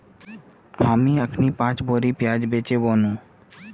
हामी अखनइ पांच बोरी प्याज बेचे व नु